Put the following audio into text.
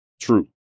true